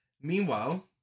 Meanwhile